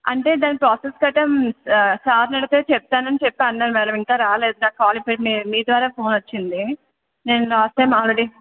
అంటే దాని ప్రాసస్ కట్టా సార్ని అడిగితే చెప్తానని అని చెప్పి అన్నారు మ్యాడం ఇంకా రాలేదు కాల్ మీ ద్వారా ఫోన్ వచ్చింది నేను లాస్ట్ టైం ఆల్రెడీ